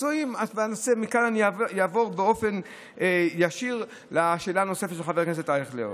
מכאן אני אעבור באופן ישיר לשאלה הנוספת של חבר הכנסת אייכלר,